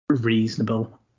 reasonable